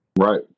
Right